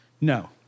No